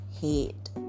hate